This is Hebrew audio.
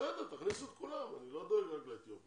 בסדר, תכניסו את כולם, אני לא דואג רק לאתיופים.